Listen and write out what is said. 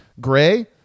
Gray